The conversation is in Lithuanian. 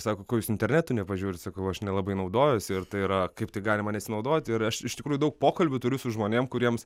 sako ko jūs internetu nepažiūrit sakau aš nelabai naudojuosi ir tai yra kaip taip galima nesinaudoti ir aš iš tikrųjų daug pokalbių turiu su žmonėm kuriems